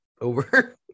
over